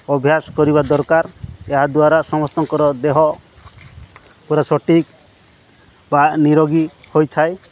ଅଭ୍ୟାସ କରିବା ଦରକାର ଏହାଦ୍ୱାରା ସମସ୍ତଙ୍କର ଦେହ ପୁରା ସଠିକ୍ ବା ନିରୋଗୀ ହୋଇଥାଏ